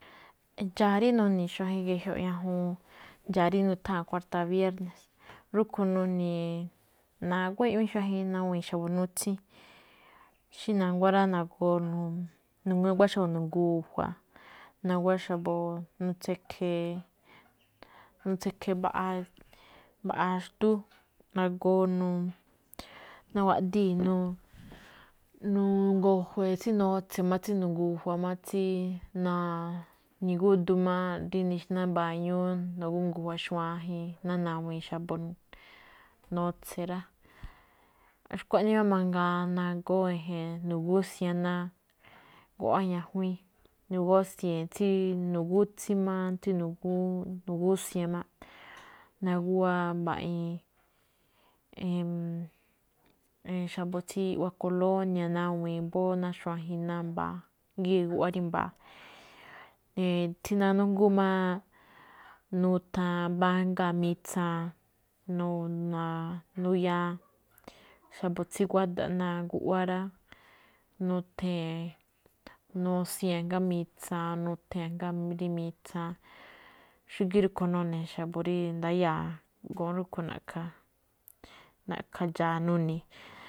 Ndxa̱a̱ rí nuni̱i̱ xuajen ge̱jioꞌ, ñajuun ndxa̱a̱ rí nutháa̱n kuarta̱ bierne̱, rúꞌkhue̱n nuni̱i̱, naguwá iꞌwíin xuajen nawi̱i̱n xa̱bo̱ nutsín, xí na̱nguá rá, naguwá xa̱bo̱ nu̱ngu̱jua̱, naguwá xa̱bo̱ nu̱tsi̱khe̱e̱, nu̱tsi̱khe̱e̱, mbaꞌa, mbaꞌa xndú, nawaꞌdii̱ nu̱ngu̱jue̱e̱ tsí nutse̱ máꞌ tsí nu̱ngu̱jua̱ máꞌ, tsí nigúdo máꞌ rí nixná mbañúú, nagóó gu̱ngu̱jua̱ xuajen, ná nawiin xa̱bo̱, notse̱ rá. Xkuaꞌnii máꞌ mangaa nagóó e̱je̱n nagúsian ná guꞌwá ñajuíín, nagósie̱n, tsí nugútsín máꞌ, tsí nagóó gúsian máꞌ, naguwá mbaꞌiin, xa̱bo̱ tsí iꞌwá kolonia̱ nawi̱i̱n mbóó ná xuajen ná mba̱a̱ gíꞌ guꞌwá rí mba̱a̱, tsí nanújngúún máꞌ, nuthan mbá ajngáa mitsaan, xa̱bo̱ tsí guáda̱ꞌ ná guꞌwáá ra. Nuthee̱n, nusiee̱n ajngáa mitsaan, nuthée̱n ajngáa rí mitsaan. Xúgíí rúꞌkhue̱n nune̱ xa̱bo̱ rí ndayáa̱ go̱nꞌ rúꞌkhue̱n na̱ꞌkha̱, ndxa̱a̱ nuni̱i̱.